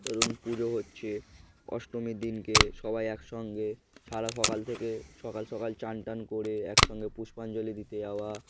ধরুন পুজো হচ্ছে অষ্টমীর দিনকে সবাই একসঙ্গে সারা সকাল থেকে সকাল সকাল স্নান টান করে একসঙ্গে পুষ্পাঞ্জলি দিতে যওয়া